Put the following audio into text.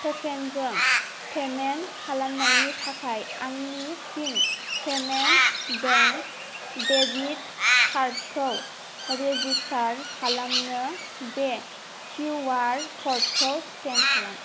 टकेनजों payment खालामनायनि थाखाय आंनि फिन' पेमेन्टस बेंक डेबिट कार्डखौ रेजिस्टार खालामनो बे किउ आर क'डखौ स्केन खालाम